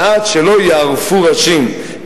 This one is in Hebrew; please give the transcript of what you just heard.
ועד שלא ייערפו ראשים,